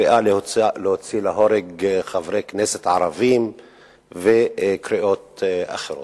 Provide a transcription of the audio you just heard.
קריאה להוציא להורג חברי כנסת ערבים וקריאות אחרות.